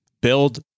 build